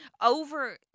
over